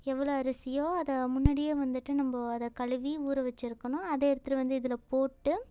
எவ்வளோ அரிசியோ அதை முன்னாடியே வந்துட்டு நம்ம அதை கழுவி ஊற வச்சிருக்கணும் அதை எடுத்துட்டு வந்து இதில் போட்டு